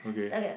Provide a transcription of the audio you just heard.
okay